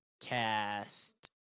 cast